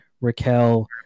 Raquel